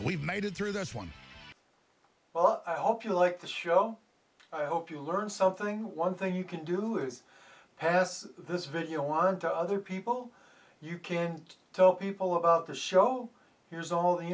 we've made it through this one well i hope you like the show i hope you learn something one thing you can do is pass this video on to other people you can't tell people about the show here's all the